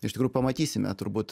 iš tikrųjų pamatysime turbūt